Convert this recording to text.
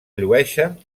llueixen